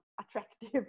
attractive